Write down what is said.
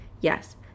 Yes